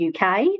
UK